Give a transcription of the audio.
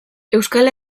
euskal